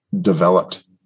developed